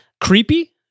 creepy